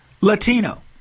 Latino